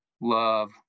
love